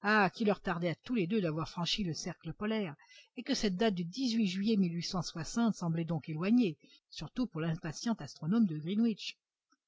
ah qu'il leur tardait à tous les deux d'avoir franchi le cercle polaire et que cette date du juillet semblait donc éloignée surtout pour l'impatient astronome de greenwich